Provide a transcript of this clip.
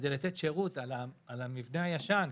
כדי לתת שירות על המבנה הישן,